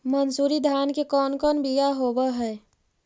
मनसूरी धान के कौन कौन बियाह होव हैं?